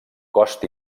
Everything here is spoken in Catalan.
cost